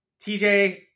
TJ